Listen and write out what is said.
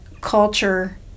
culture